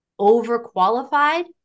overqualified